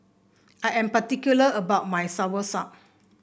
I am particular about my soursop